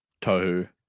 Tohu